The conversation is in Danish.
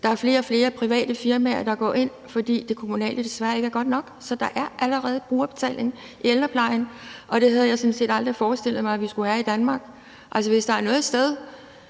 Der er flere og flere private firmaer, der går ind, fordi det kommunale desværre ikke er godt nok, så der er allerede brugerbetaling i ældreplejen, og det havde jeg sådan set aldrig forestillet mig at vi skulle have i Danmark. Altså, hvis der er noget andet